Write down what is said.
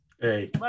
Hey